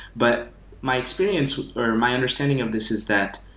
but my experience or my understanding of this is that,